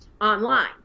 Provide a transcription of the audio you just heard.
online